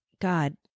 God